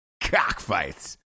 Cockfights